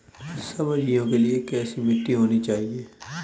सब्जियों के लिए कैसी मिट्टी होनी चाहिए?